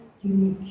unique